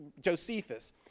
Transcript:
Josephus